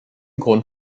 grund